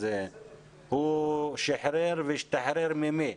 אז הוא שיחרר והשתחרר ממי?